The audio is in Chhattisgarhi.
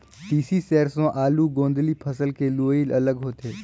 तिसी, सेरसों, आलू, गोदंली फसल के लुवई अलग होथे